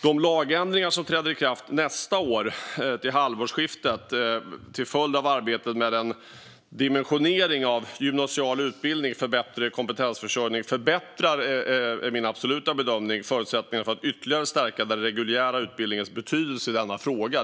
De lagändringar som träder i kraft till halvårsskiftet nästa år till följd av arbetet med en dimensionering av gymnasial utbildning för bättre kompetensförsörjning förbättrar - det är min absoluta bedömning - förutsättningarna för att ytterligare stärka den reguljära utbildningens betydelse i denna fråga.